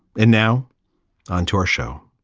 and now on to our show